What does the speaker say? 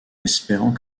espérant